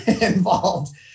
involved